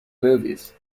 movies